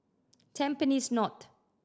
Tampines North